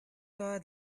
saw